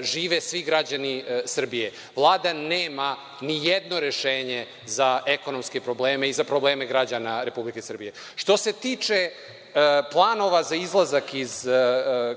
žive svi građani Srbije. Vlada nema nijedno rešenje za ekonomske probleme i za probleme građana Republike Srbije. Što se tiče planova za izlazak iz